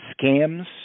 scams